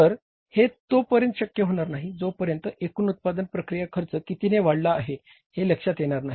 तर हे तो पर्यंत शक्य होणार नाही जो पर्यंत एकूण उत्पादन प्रक्रिया खर्च कितीने वाढला आहे हे लक्षात येणार नाही